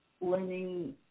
learning